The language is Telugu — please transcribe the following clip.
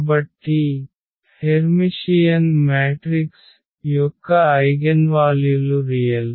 కాబట్టి హెర్మిషియన్ మ్యాట్రిక్స్ యొక్క ఐగెన్వాల్యులు రియల్